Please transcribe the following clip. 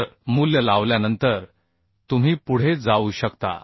तर मूल्य लावल्यानंतर तुम्ही पुढे जाऊ शकता